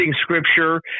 scripture